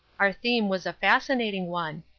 our theme was a fascinating one.